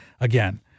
Again